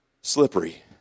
Slippery